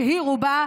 שהיא רובה,